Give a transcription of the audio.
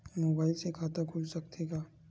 Mobile से खाता खुल सकथे का?